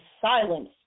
silence